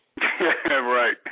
Right